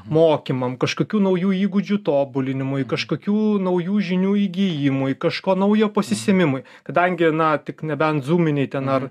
mokymam kažkokių naujų įgūdžių tobulinimui kažkokių naujų žinių įgijimui kažko naujo pasisėmimui kadangi na tik nebent zūminiai ten ar